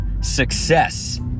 success